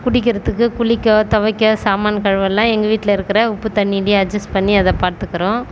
குடிக்கிறத்துக்கு குளிக்கோ துவைக்கோ சாமான் கழுவல்லாம் எங்கள் வீட்டில் இருக்கிற உப்பு தண்ணிலேயே அட்ஜஸ் பண்ணி அதை பார்த்துக்குறோம்